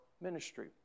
ministry